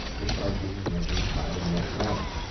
which are being rendered by react router.